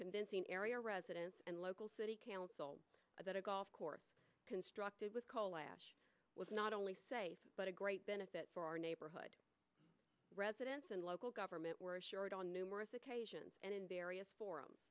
convincing area residents and local city council that a golf course constructed with coal ash was not only safe but a great benefit for our neighborhood residents and local government were assured on numerous occasions and in various forums